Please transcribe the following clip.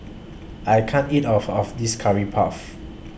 I can't eat All of This Curry Puff